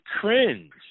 cringe